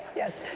yes.